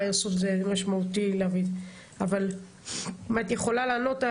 אם את יכולה לענות,